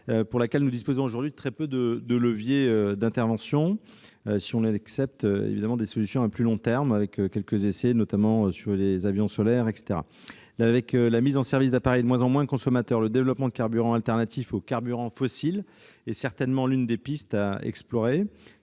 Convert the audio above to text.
pour laquelle nous disposons aujourd'hui de très peu de leviers d'intervention, si l'on excepte des solutions à plus long terme telles que les avions solaires. Avec la mise en service d'appareils de moins en moins consommateurs d'énergie, le développement de carburants alternatifs aux carburants fossiles est certainement l'une des pistes à explorer.